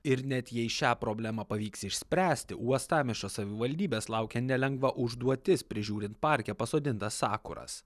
ir net jei į šią problemą pavyks išspręsti uostamiesčio savivaldybės laukia nelengva užduotis prižiūrint parke pasodintas sakuras